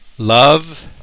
Love